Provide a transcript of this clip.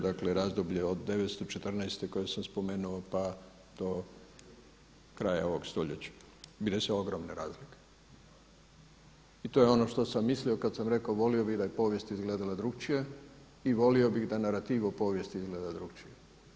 Dakle, razdoblje od 914. koje sam spomenuo, pa do kraja ovoga stoljeća bile su ogromne razlike i to je ono što sam mislio kada sam rekao volio bih da je povijest izgledala drukčije i volio bih da narativ o povijesti izgleda drukčije.